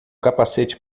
capacete